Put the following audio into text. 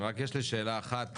יש לי שאלה אחת